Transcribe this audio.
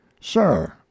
sir